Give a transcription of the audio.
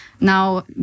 now